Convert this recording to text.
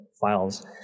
files